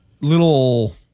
little